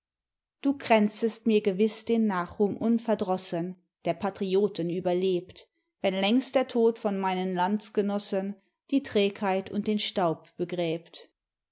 du kränzest mir gewiss den nachruhm unverdrossen der patrioten überlebt wenn längst der tod von meinen landsgenossen die trägheit und den staub begräbt